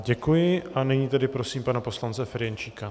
Děkuji a nyní tedy prosím pana poslance Ferjenčíka.